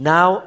Now